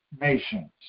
nations